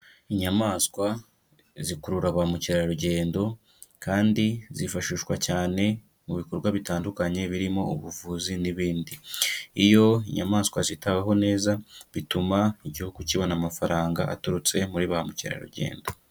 Inyamaswa zikurura ba mukerarugendo kandi zifashishwa cyane mu bikorwa bitandukanye birimo ubuvuzi n'ibindi, iyo inyamanswa zitaweho neza bituma igihugu kibona amafaranga aturutse muri ba mukerarugendo.